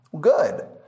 Good